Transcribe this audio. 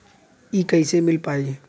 इ कईसे मिल पाई?